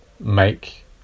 make